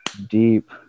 deep